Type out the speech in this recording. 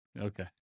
Okay